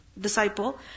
disciple